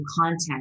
content